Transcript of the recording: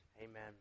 Amen